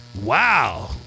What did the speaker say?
Wow